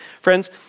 Friends